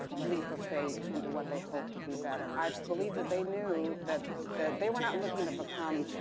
leap of faith into what they hope would be better. i believe that they knew that that they were not looking to become,